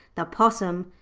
the possum.